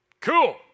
cool